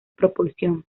propulsión